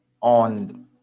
on